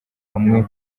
amwe